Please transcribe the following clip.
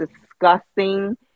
disgusting